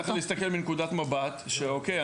צריך להסתכל מנקודת מבט של: אוקיי,